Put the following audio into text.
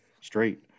straight